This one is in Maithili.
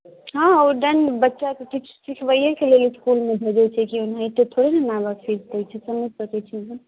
हँ ओ दण्ड बच्चाके किछु सिखबैएके लेल इस्कुलमे दैत छै ओनाहिते थोड़े ने दैत छै समझि सकै छियै